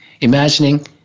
Imagining